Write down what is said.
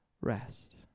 rest